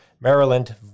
Maryland